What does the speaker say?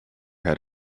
had